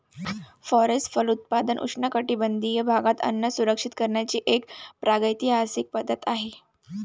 forest फलोत्पादन उष्णकटिबंधीय भागात अन्न सुरक्षित करण्याची एक प्रागैतिहासिक पद्धत आहे